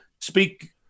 speak